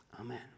Amen